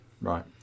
Right